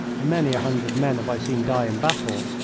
many a hundred men have i seen die in battle,